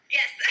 yes